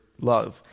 love